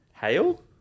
hail